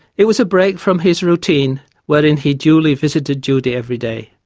it was a break from his routine wherein he duly visited judy every day.